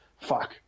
fuck